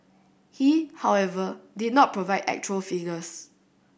he however did not provide actual figures